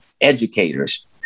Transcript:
educators